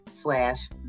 slash